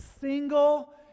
single